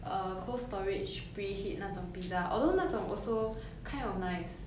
uh cold storage preheat 那种 pizza although 那种 also kind of nice